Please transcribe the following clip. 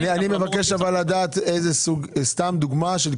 אני מבקש לדעת סתם דוגמה של קרנות.